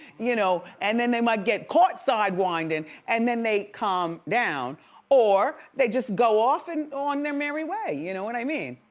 you know, and then they might get caught sidewinding and then they calm down or they just go off and on their merry way. you know what i mean?